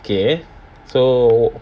okay so